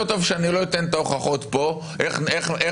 יותר טוב שאני לא אתן את ההוכחות פה איך נבחרים,